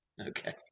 Okay